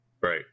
Right